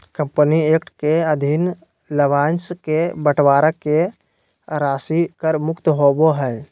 company act के अधीन लाभांश के बंटवारा के राशि कर मुक्त होबो हइ